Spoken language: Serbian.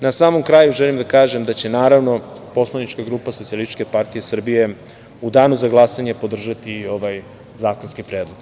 Na samom kraju želim da kažem da će poslanička grupa Socijalističke partije Srbije u danu za glasanje podržati ovaj zakonski predlog.